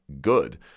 good